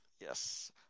yes